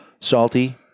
salty